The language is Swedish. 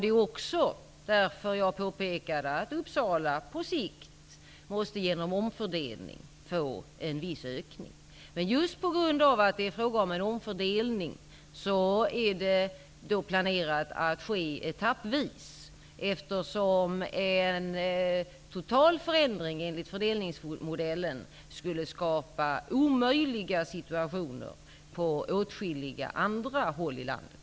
Jag påpekade också att Uppsala därför på sikt genom omfördelning måste få en viss ökning. På grund av att det är fråga om en omfördelning är det planerat att den skall ske etappvis. En total förändring enligt fördelningsmodellen skulle skapa omöjliga situationer på åtskilliga andra håll i landet.